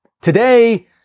Today